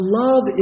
love